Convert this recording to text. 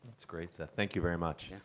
that's great, seth. thank you very much.